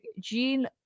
Gene